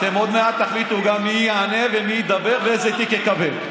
אתם עוד מעט תחליטו גם מי יענה ומי ידבר ואיזה תיק יקבל.